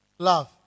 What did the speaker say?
Love